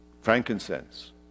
Frankincense